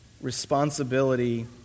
responsibility